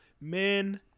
men